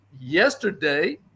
Yesterday